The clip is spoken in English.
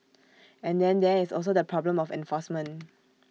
and then there is also the problem of enforcement